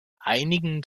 einigen